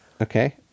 okay